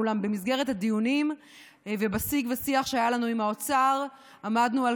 אולם במסגרת הדיונים ובשיג ושיח שהיה לנו עם האוצר עמדנו על